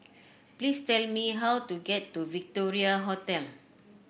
please tell me how to get to Victoria Hotel